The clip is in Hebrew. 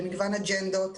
למגוון אג'נדות?